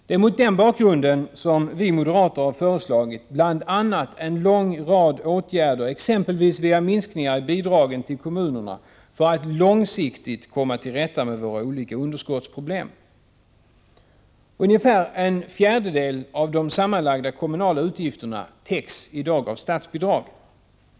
Det är mot den bakgrunden som vi moderater har föreslagit en lång rad åtgärder, exempelvis via minskningar av bidragen till kommunerna, för att långsiktigt komma till rätta med våra olika underskottsproblem. Ungefär en fjärdedel av de sammanlagda kommunala utgifterna täcks i dag av statsbidrag.